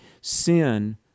Sin